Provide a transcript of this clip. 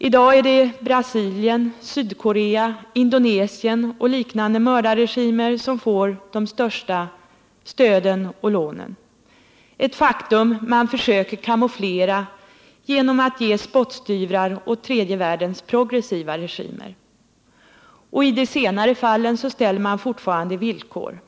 I dag är det regimerna i Brasilien, Sydkorea, Indonesien och liknande mördarregimer som får de största stöden och lånen, ett faktum som man försöker kamouflera genom att ge spottstyvrar åt tredje världens progressiva regimer. Och i de senare fallen ställer man fortfarande villkor för lånen.